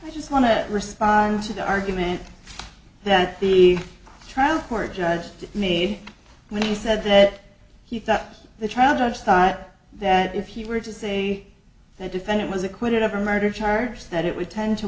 i just want to respond to the argument that the trial court judge made when he said that he thought the trial judge thought that if he were to say that defendant was acquitted of a murder charge that it would tend to